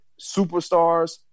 superstars